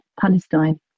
Palestine